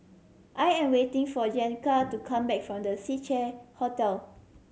I am waiting for Jeanetta to come back from The Seacare Hotel